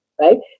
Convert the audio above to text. right